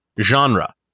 genre